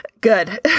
Good